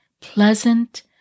pleasant